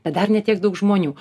bet dar ne tiek daug žmonių